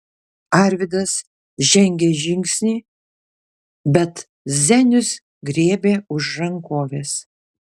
arvydas žengė žingsnį bet zenius griebė už rankovės